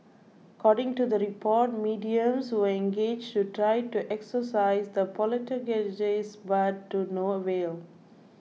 according to the report mediums were engaged to try to exorcise the poltergeists but to no avail